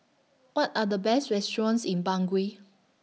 What Are The Best restaurants in Bangui